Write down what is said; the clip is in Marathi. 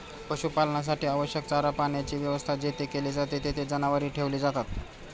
पशुपालनासाठी आवश्यक चारा पाण्याची व्यवस्था जेथे केली जाते, तेथे जनावरे ठेवली जातात